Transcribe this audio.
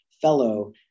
fellow